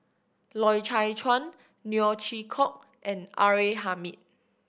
Loy Chye Chuan Neo Chwee Kok and R A Hamid